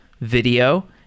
video